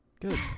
Good